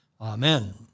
Amen